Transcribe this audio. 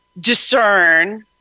discern